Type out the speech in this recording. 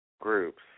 groups